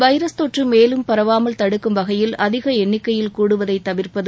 virus தொற்று மேலும் பரவாமல் தடுக்கும் வகையில் அதிக எண்ணிக்கையில் கூடுவதை தவிர்ப்பது